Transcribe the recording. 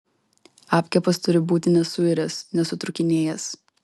apkepas turi būti nesuiręs nesutrūkinėjęs